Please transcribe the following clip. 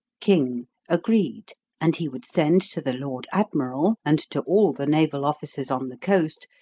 king agreed and he would send to the lord admiral, and to all the naval officers on the coast,